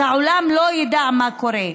אז העולם לא ידע מה קורה,